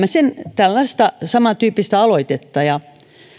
tällaista samantyyppistä aloitetta ja